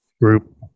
group